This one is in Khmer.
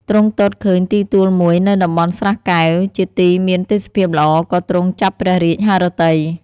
ទ្រង់ទតឃើញទីទួលមួយនៅតំបន់ស្រះកែវ ជាទីមានទេសភាពល្អ ក៏ទ្រង់ចាប់ព្រះរាជហឫទ័យ